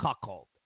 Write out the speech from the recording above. cuckold